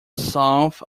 south